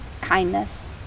kindness